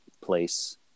place